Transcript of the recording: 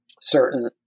certain